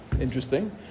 Interesting